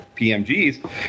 PMGs